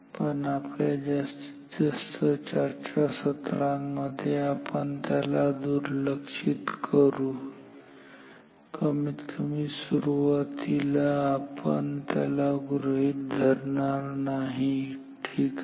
पण आपल्या जास्तीत जास्त चर्चासत्रांमध्ये आपण त्याला दुर्लक्षित करू कमीत कमी सुरुवातीला आपण त्याला गृहीत धरणार नाही ठीक आहे